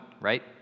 right